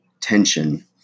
tension